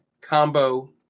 combo